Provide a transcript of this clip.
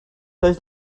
oedd